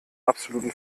absoluten